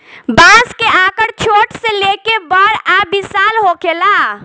बांस के आकर छोट से लेके बड़ आ विशाल होखेला